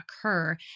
occur